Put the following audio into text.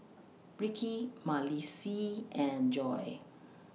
Rikki Malissie and Joy